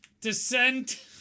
descent